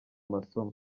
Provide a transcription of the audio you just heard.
amasomo